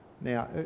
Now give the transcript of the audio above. Now